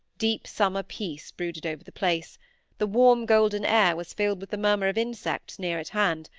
deep summer peace brooded over the place the warm golden air was filled with the murmur of insects near at hand,